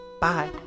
Bye